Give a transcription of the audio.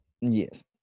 Yes